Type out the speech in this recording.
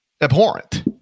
abhorrent